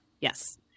Yes